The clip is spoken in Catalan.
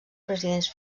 presidents